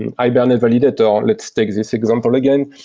and hibernate validator, let's take this example again.